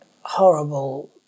horrible